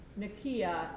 Nakia